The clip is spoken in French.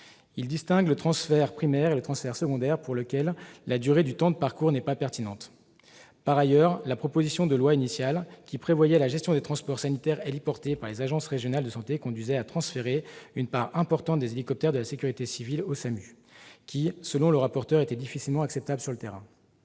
entre le transfert primaire et le transfert secondaire, pour lequel la durée du temps de parcours n'est pas pertinente. La rédaction initiale de la proposition de loi, qui prévoyait la gestion des transports sanitaires héliportés par les agences régionales de santé, conduisait à transférer une part importante des hélicoptères de la sécurité civile aux SAMU ; selon le rapporteur, c'était difficilement acceptable sur le terrain.